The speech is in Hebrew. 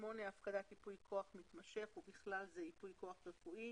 הפקדת ייפוי כוח מתמשך ובכלל זה ייפוי כוח רפואי